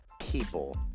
people